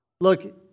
Look